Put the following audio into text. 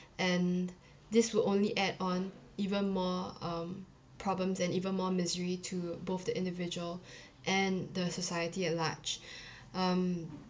and this will only add on even more um problems and even more misery to both the individual and the society at large um